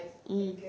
mm